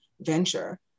venture